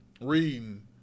reading